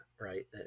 right